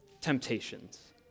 temptations